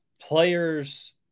players